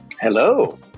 Hello